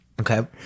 okay